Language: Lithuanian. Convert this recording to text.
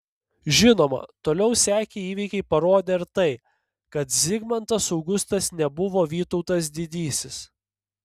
žinoma toliau sekę įvykiai parodė ir tai kad zigmantas augustas nebuvo vytautas didysis